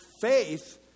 faith